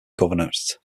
governorate